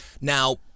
Now